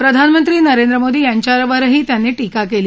प्रधानमंत्री नरेंद्र मोदी यांच्यावरही त्यांनी टीका केली